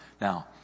Now